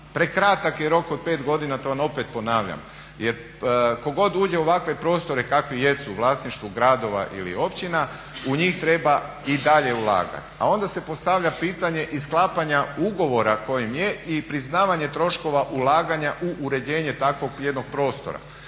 Prekratak je rok od pet godina to vam opet ponavljam jer tko god uđe u ovakve prostore kakvi jesu u vlasništvu gradova ili općina u njih treba i dalje ulagati. A onda se postavlja pitanje i sklapanja ugovora kojim je i priznavanje troškova ulaganja u uređenje takvog jednog prostora.